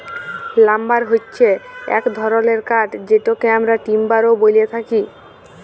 lumber হচ্যে এক ধরলের কাঠ যেটকে আমরা টিম্বার ও ব্যলে থাকি